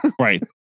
Right